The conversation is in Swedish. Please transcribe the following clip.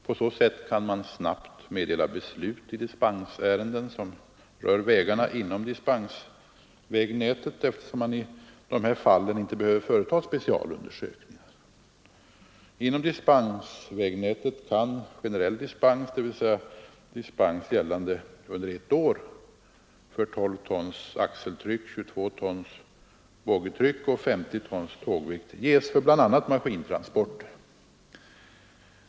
På så sätt kan man snabbt meddela beslut i dispensärenden, som berör vägarna inom detta vägnät, eftersom dispensundersökningar inte behöver företas i sådana fall. Inom dispensvägnätet kan generell dispens, gällande ett år, för 12 tons axeltryck, 22 tons boggietryck och 50 tons tågvikt ges för bl.a. maskintransport.